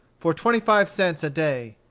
for twenty-five cents a day.